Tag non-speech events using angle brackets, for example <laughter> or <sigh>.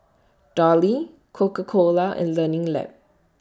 <noise> Darlie Coca Cola and Learning Lab